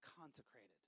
consecrated